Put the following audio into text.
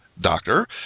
doctor